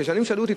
שנים שאלו אותי,